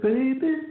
Baby